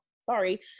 sorry